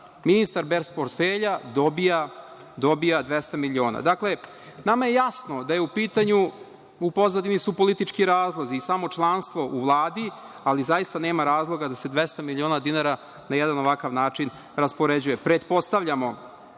ministar bez portfelja dobija 200 miliona? Dakle, nama je jasno da je u pitanju, tj. da su u pozadini politički razlozi i samo članstvo u Vladi, ali zaista nema razloga da se 200 miliona dinara na jedan ovakav način raspoređuje.